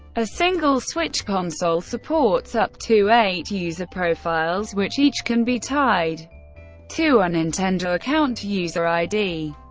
a single switch console supports up to eight user profiles, which each can be tied to a nintendo account user id.